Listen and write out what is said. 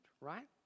right